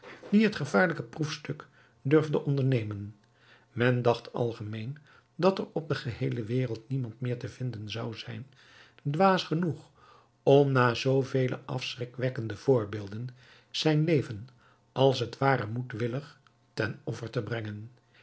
die het gevaarlijke proefstuk durfde ondernemen men dacht algemeen dat er op de geheele wereld niemand meer te vinden zou zijn dwaas genoeg om na zoo vele afschrikkende voorbeelden zijn leven als het ware moedwillig ten offer te brengen